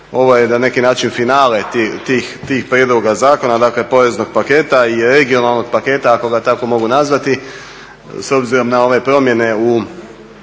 Ovo je na neki način finale tih prijedloga zakona, dakle poreznog paketa i regionalnog paketa ako ga tako mogu nazvati s obzirom na ove promjene u